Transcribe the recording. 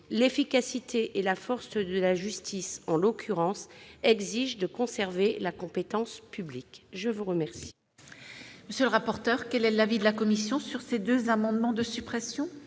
L'efficacité et la force de la justice, en l'occurrence, exigent de conserver la compétence publique. Quel